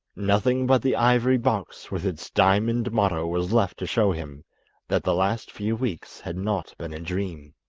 nothing but the ivory box with its diamond motto was left to show him that the last few weeks had not been a dream.